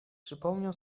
przypomniał